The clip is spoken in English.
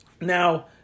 Now